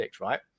right